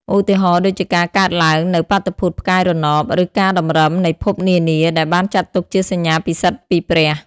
ឧទាហរណ៍ដូចជាការកើតឡើងនូវបាតុភូតផ្កាយរណបឬការតម្រឹមនៃភពនានាដែលបានចាត់ទុកជាសញ្ញាពិសិដ្ឋពីព្រះ។